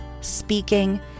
speaking